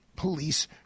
police